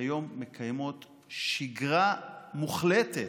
היום מקיימות שגרה מוחלטת,